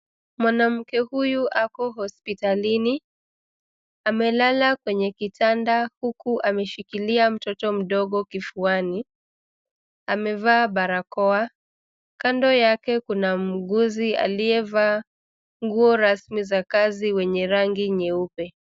Mwanamuke huyu ako hospitalini, amelala kwenye kitanda huku ameshikilia mtoto mdogo kifuani. Ameva barakoa, kando yake kuna mguzi, alieva nguo rasmi za kazi wenye rangi nyeupe.